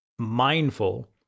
mindful